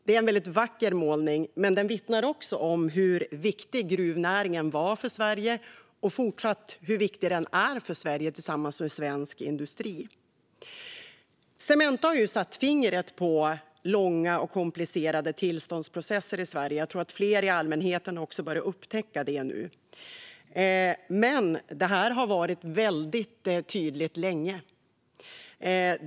Det är en väldigt vacker målning, men den vittnar också om hur viktig gruvnäringen varit för Sverige och hur viktig den fortsatt är för Sverige och svensk industri. Cementa har satt fingret på de långa och komplicerade tillståndsprocesserna i Sverige. Jag tror att fler i allmänheten också börjar upptäcka detta nu. Men det här har varit väldigt tydligt länge.